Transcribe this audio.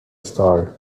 star